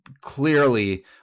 clearly